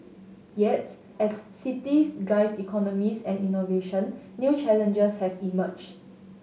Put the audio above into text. yet as cities drive economies and innovation new challenges have emerged